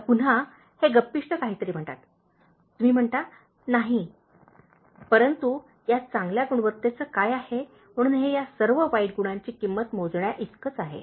आता पुन्हा हे गप्पिष्ट काहीतरी म्हणतात तुम्ही म्हणता नाही परंतु या चांगल्या गुणवत्तेचे काय आहे म्हणून हे या सर्व वाईट गुणांची किंमत मोजण्याइतकेच आहे